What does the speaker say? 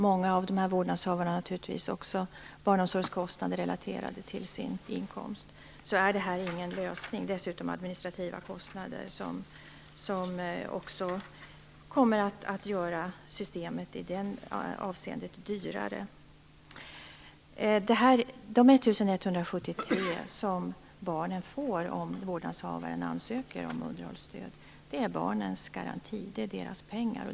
Många av dessa vårdnadshavare har naturligtvis också barnomsorgskostnader relaterade till sin inkomst. Behovsprövning är ingen lösning. Det blir dessutom administrativa kostnader som också kommer att göra systemet dyrare i det avseendet. De 1 173 kr som barnen får om vårdnadshavaren ansöker om underhållsstöd är barnens garanti. Det är deras pengar.